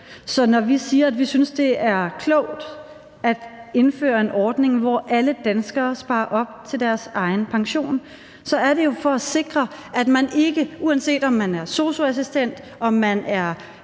Så når vi siger, at vi synes, det er klogt at indføre en ordning, hvor alle danskere sparer op til deres egen pension, så er det jo for at sikre, at man, uanset om man er sosu-assistent,